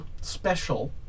special